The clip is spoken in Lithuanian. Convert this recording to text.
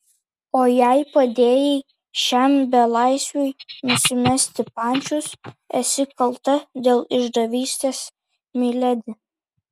o jei padėjai šiam belaisviui nusimesti pančius esi kalta dėl išdavystės miledi